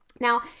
Now